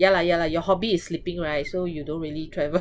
ya lah ya lah your hobby is sleeping right so you don't really travel